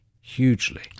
hugely